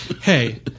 Hey